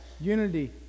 unity